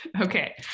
okay